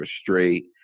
straight